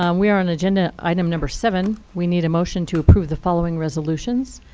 um we are an agenda item number seven. we need a motion to approve the following resolutions.